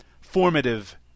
formative